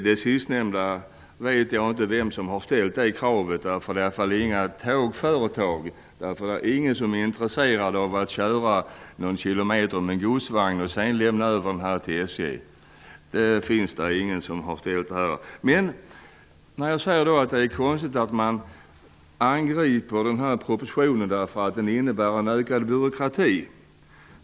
Vem som har ställt det kravet vet jag inte -- det är i alla fall inga tågföretag; det är ingen som är intresserad av att köra någon kilometer med godsvagn och sedan lämna över till Det är konstigt att man angriper propositionen för att den innebär ökad byråkrati.